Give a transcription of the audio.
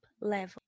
level